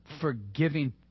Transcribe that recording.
forgiving